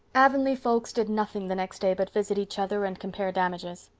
avonlea folks did nothing the next day but visit each other and compare damages.